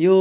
यो